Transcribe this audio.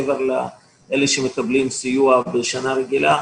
מעבר לאלו שמקבלים סיוע בשנה רגילה,